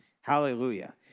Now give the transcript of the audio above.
Hallelujah